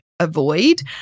avoid